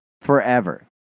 forever